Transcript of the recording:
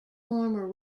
former